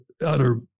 utter